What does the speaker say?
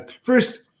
First